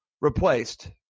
replaced